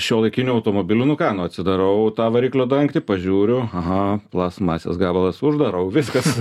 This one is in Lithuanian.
šiuolaikinių automobilių nu ką nu atsidarau tą variklio dangtį pažiūriu aha plastmasės gabalas uždarau viskas